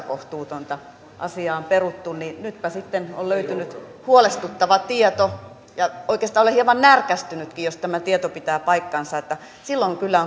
kohtuutonta asiaa on peruttu niin nytpä sitten on löytynyt huolestuttava tieto ja oikeastaan olen hieman närkästynytkin jos tämä tieto pitää paikkansa silloin kyllä